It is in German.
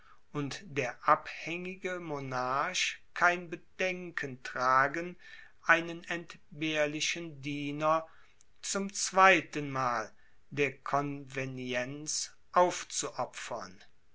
und der abhängige monarch kein bedenken tragen einen entbehrlichen diener zum zweitenmal der convenienz aufzuopfern